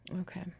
Okay